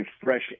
fresh